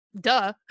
duh